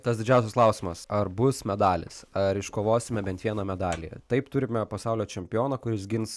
tas didžiausias klausimas ar bus medalis ar iškovosime bent vieną medalį taip turime pasaulio čempioną kuris gins